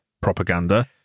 propaganda